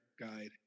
guide